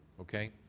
okay